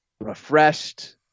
refreshed